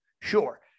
Sure